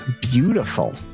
Beautiful